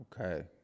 Okay